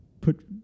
put